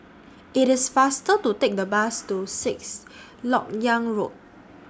IT IS faster to Take The Bus to Sixth Lok Yang Road